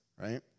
right